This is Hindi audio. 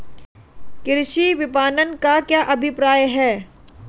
कृषि विपणन का क्या अभिप्राय है?